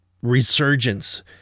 resurgence